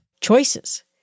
choices